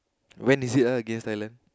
when is it uh against Thailand